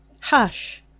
Hush